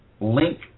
link